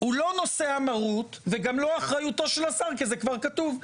הוא לא נושא המרות וגם לא אחריותו של השר כי זה כבר כתוב.